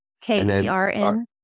K-E-R-N